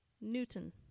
Newton